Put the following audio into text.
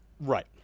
Right